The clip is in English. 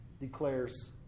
declares